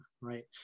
right